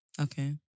Okay